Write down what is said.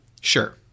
Sure